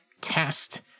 test